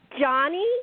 Johnny